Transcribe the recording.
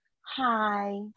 hi